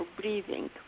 breathing